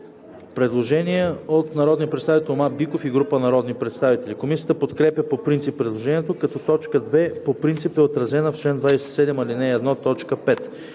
Предложение от народния представител Тома Биков и група народни представители. Комисията подкрепя по принцип предложението, като т. 2 по принцип е отразена в чл. 27, ал. 1, т. 5.